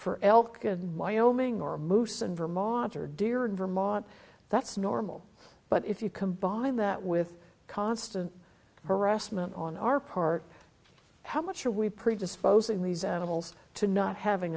for elk and wyoming or moose and vermont or deer in vermont that's normal but if you combine that with constant harassment on our part how much are we predisposing these animals to not having